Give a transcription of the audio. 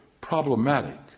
problematic